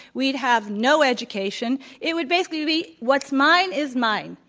we'd have no education. it would basically be what's mine is mine